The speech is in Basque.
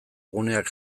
guneak